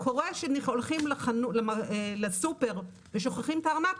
קורה שהולכים לסופר ושוכחים את הארנק,